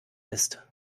ist